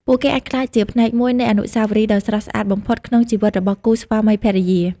ពួកគេអាចក្លាយជាផ្នែកមួយនៃអនុស្សាវរីយ៍ដ៏ស្រស់ស្អាតបំផុតក្នុងជីវិតរបស់គូស្វាមីភរិយា។